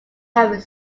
have